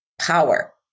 power